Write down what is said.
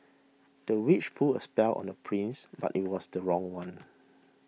the witch put a spell on the prince but it was the wrong one